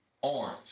Orange